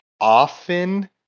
often